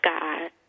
God